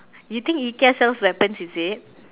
you think IKEA sells weapons is it